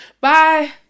Bye